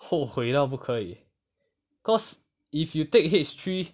后悔到不可以 cause if you take H three